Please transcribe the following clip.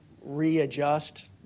readjust